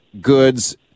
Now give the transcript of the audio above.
goods